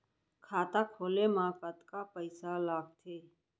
खाता खोले मा कतका पइसा लागथे?